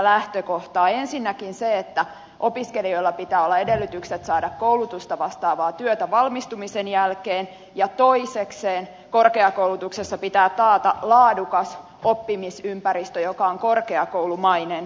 ensinnäkin se että opiskelijoilla pitää olla edellytykset saada koulutusta vastaavaa työtä valmistumisen jälkeen ja toisekseen korkeakoulutuksessa pitää taata laadukas oppimisympäristö joka on korkeakoulumainen